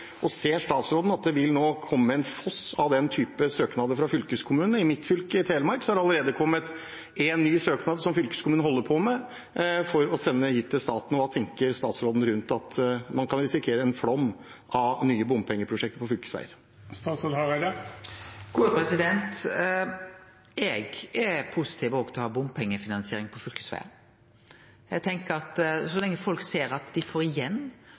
Ser statsråden at det nå vil komme en foss av slike søknader fra fylkeskommunene? I mitt fylke Telemark er det allerede kommet en ny søknad som fylkeskommunene holder på med for å sende inn til staten. Hva tenker statsråden rundt at man kan risikere en flom av nye bompengeprosjekter på fylkesveiene? Eg er positiv til òg å ha bompengefinansiering på fylkesvegane. Eg tenkjer at så lenge folk ser dei får igjen